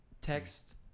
text